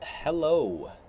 Hello